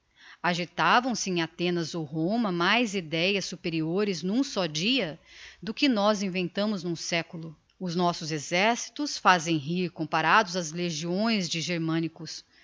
lucullus agitavam-se em athenas ou roma mais ideias superiores n'um só dia do que nós inventamos n'um seculo os nossos exercitos fazem rir comparados ás legiões de